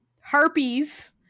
harpies